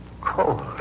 cold